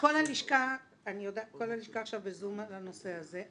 כל הלשכה עכשיו בזום על הנושא הזה.